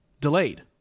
delayed